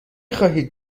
خواهید